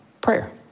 prayer